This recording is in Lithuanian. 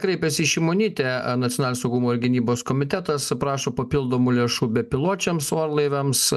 kreipėsi į šimonytė nacionalinio saugumo ir gynybos komitetas prašo papildomų lėšų bepiločiams orlaiviams